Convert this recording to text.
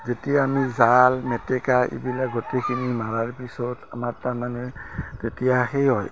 যেতিয়া আমি জাল মেটেকা এইবিলাক গোটেইখিনি মাৰাৰ পিছত আমাৰ তাৰমানে তেতিয়া সেই হয়